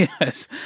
Yes